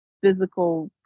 physical